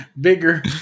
Bigger